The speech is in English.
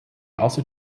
also